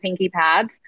pinkypads